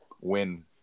win